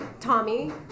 Tommy